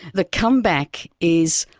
the comeback is,